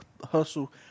hustle